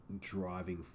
driving